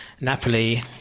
Napoli